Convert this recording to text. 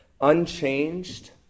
unchanged